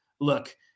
look